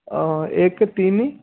ଏକ ତିନି